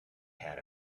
had